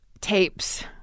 tapes